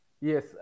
Yes